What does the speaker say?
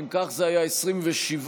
אם כך זה היה 27 בעד,